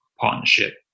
partnership